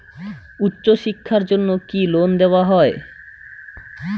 উচ্চশিক্ষার জন্য কি লোন দেওয়া হয়?